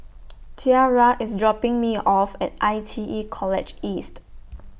Tiarra IS dropping Me off At I T E College East